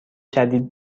شدید